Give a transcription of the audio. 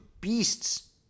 beasts